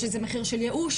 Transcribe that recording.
יש לזה מחיר של ייאוש,